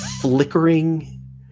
flickering